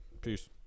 Peace